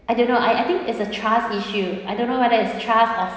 I don't know I I think it's a trust issue I don't know whether it's trust or